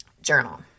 journal